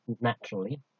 naturally